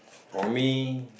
for me